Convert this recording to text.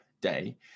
day